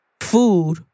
food